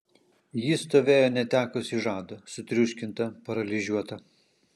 ji stovėjo netekusi žado sutriuškinta paralyžiuota